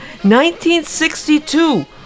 1962